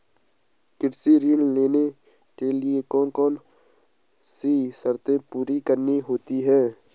कृषि ऋण लेने के लिए कौन कौन सी शर्तें पूरी करनी होती हैं?